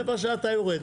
רבע שעה אתה יורד.